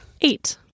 eight